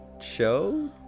show